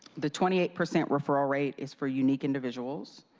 the twenty eight percent referral rate is for unique individuals,